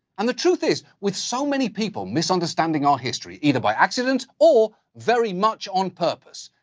and the truth is, with so many people misunderstanding our history, either by accident, or, very much on purpose,